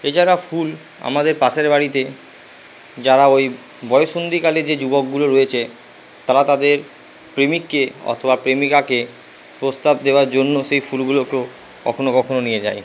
এছাড়া ফুল আমাদের পাশের বাড়িতে যারা ওই বয়সন্ধিকালের যে যুবকগুলো রয়েচে তারা তাদের প্রেমিককে অথবা প্রেমিকাকে প্রস্তাব দেওয়ার জন্য সেই ফুলগুলোকেও কখনো কখনো নিয়ে যায়